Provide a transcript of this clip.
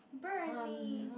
burn me